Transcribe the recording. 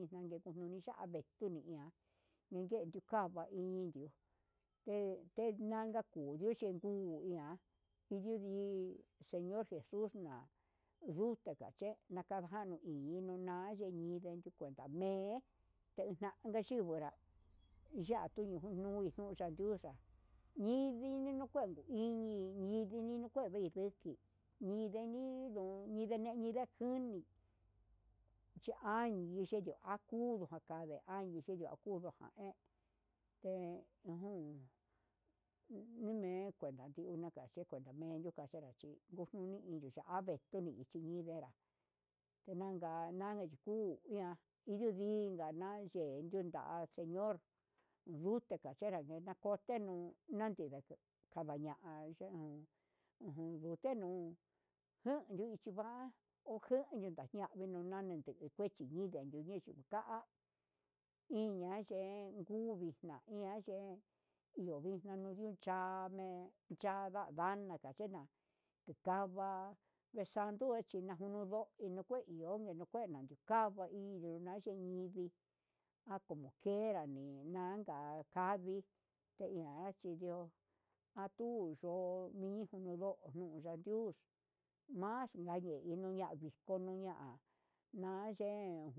Nikanguu kunichave nijuni iha ndinde ndiokava indi'u he tenianka nguu nguchi nguu iha niyuuu ndi, señor jesus na'a yunka kachesna'a, kadaha hi yuxna'a nininde yukuenta me'e xhinaka nichivonra ngunio yuu xanduxa yimi'i nuu kue iñi, iñi nuu kuei iñini ndon keñe ninda juni ya'a niyendio ajunduu jakanra nichedio akuduu ahe te ajun nime'e kuenta yuu nakaye kuenta nuu midion kadachu nguu ununi ni ya'ave tuni iin chinenrá naka naka chuku ña'a indingana yeyu nda señor yute kachenrá nde nakonre nuu nankenro nakataya hu jan yuchiva'a ojani nañame nuname inde nuu kuei mi nduyendunu inyuta iña yuu niatuvi iñanyuu iho vixna nuyuu cha'a ame chanda ndama'a yena nikava'a vee sandu nuu ninono chinokué, nanu kava inyuu nayee nivii acmo quiera nina anka kavi tenia chidio otu yo'o mijo yo'o ndiuya ndiu mas nga yuu ya ye nuña viko yuña'a nayen.